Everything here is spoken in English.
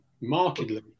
markedly